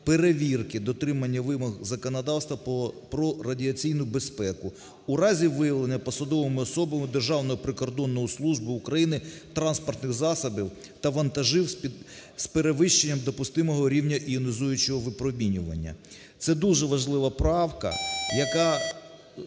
перевірки дотримання вимог законодавства про радіаційну безпеку. У разі виявлення посадовими особами Державної прикордонної служби України транспортних засобів та вантажів з перевищенням допустимого рівня іонізуючого випромінювання. Це дуже важлива правка, яка,